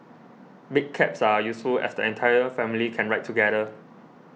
big cabs are useful as the entire family can ride together